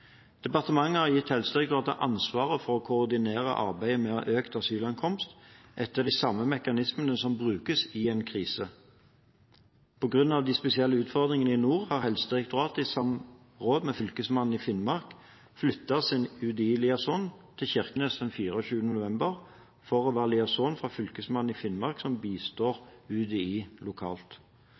Departementet har gitt Helsedirektoratet ansvaret for å koordinere arbeidet med økt asylankomst etter de samme mekanismene som brukes i en krise. På grunn av de spesielle utfordringene i nord har Helsedirektoratet i samråd med Fylkesmannen i Finnmark flyttet sin UDI-liaison til Kirkenes den 24. november for å være liaison fra Fylkesmannen i Finnmark som bistår UDI lokalt.